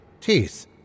teeth